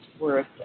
worth